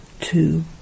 Two